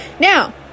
Now